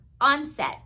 onset